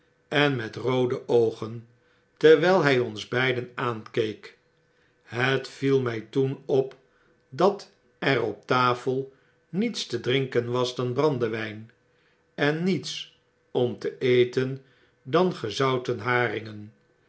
en metroode oogen terwyl hy ons beiden aankeek het viel my toen op dat er op tafel niets te drinken was dan brandewyn en niets om te eten dan gezouten haringen